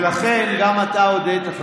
הבנתי.